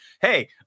hey